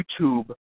YouTube